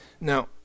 Now